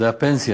זה הפנסיה.